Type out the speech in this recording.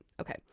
Okay